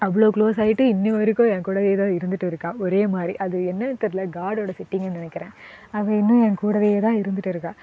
அவ்வளோ க்ளோஸ் ஆகிட்டு இன்னைய வரைக்கும் என்கூடவே தான் இருந்துட்டு இருக்காள் ஒரே மாதிரி அது என்னென்னு தெரில காடோடய செட்டிங்குன்னு நினைக்கறேன் அவள் இன்னும் என் கூடவே தான் இருந்துட்டு இருக்காள்